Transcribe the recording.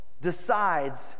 decides